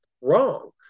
wrong